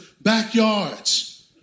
backyards